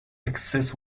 excess